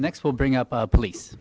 next we'll bring up police